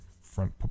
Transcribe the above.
front